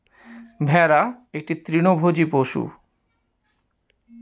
ভেড়া একটি তৃণভোজী পশু